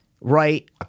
right